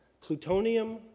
plutonium